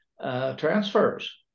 transfers